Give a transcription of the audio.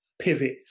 pivot